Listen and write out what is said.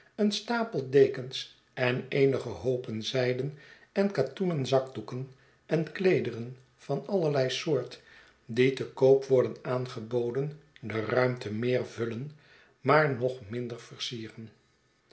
een stapel dekens en eenige hoopen zijden en katoenen zakdoeken en kleederen van allerlei soort die te koop worden aangeboden de ruimte meer vullen maar nog minder versieren